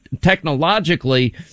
technologically